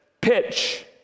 pitch